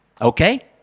Okay